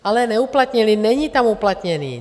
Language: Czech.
Ale neuplatnili, není tam uplatněný.